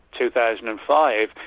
2005